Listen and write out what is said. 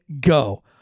go